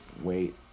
Wait